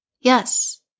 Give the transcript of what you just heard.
Yes